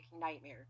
nightmare